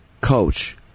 coach